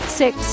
six